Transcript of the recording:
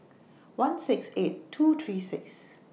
one six eight two three six